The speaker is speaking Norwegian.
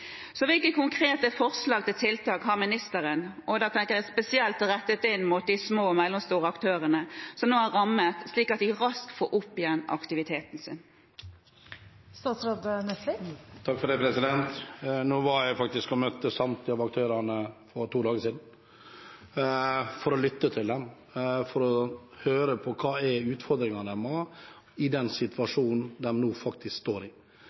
Hvilke konkrete forslag til tiltak har ministeren, og da tenker jeg spesielt rettet inn mot de små og mellomstore aktørene som nå er rammet, slik at de raskt får opp igjen aktiviteten sin? Jeg møtte faktisk samtlige av aktørene for to dager siden, for å lytte til dem, for å høre hva som er utfordringene deres i den situasjonen de nå står i.